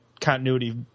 continuity